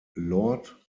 lord